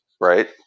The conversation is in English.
right